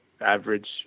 average